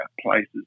places